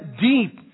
deep